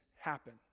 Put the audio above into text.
happen